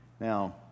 Now